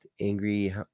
Angry